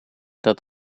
dat